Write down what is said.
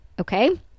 okay